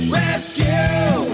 rescue